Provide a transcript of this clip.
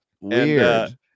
weird